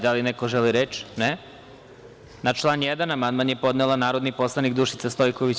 Da li neko želi reč? (Ne.) Na član 1. amandman je podnela narodni poslanik Dušica Stojković.